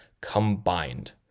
combined